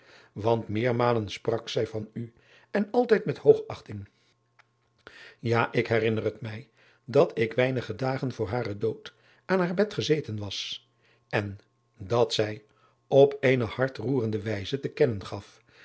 want meermalen sprak zij van u en altijd met noogachting ja ik herinner het mij dat ik weinige dagen voor haren dood aan haar bed gezeten was en dat zij op eene hartroerende wijze te kennen gaf